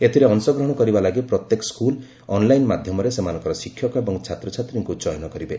ଏଥିରେ ଅଂଶଗ୍ରହଣ କରିବା ଲାଗି ପ୍ରତ୍ୟେକ ସ୍କଲ୍ ଅନ୍ଲାଇନ୍ ମାଧ୍ୟମରେ ସେମାନଙ୍କର ଶିକ୍ଷକ ଏବଂ ଛାତ୍ରଛାତ୍ରୀଙ୍କୁ ଚୟନ କରିବେ